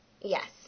Yes